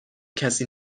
کسی